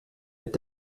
mit